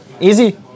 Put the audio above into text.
easy